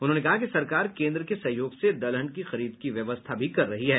उन्होंने कहा कि सरकार केन्द्र के सहयोग से दलहन की खरीद की व्यवस्था भी कर रही है